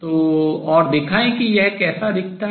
तो और दिखाएं कि यह कैसा दिखता है